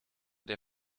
der